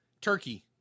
Turkey